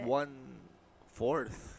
one-fourth